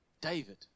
David